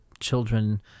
children